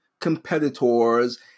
competitors